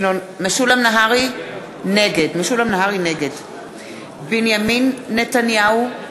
נגד בנימין נתניהו,